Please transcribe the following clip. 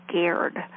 scared